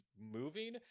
moving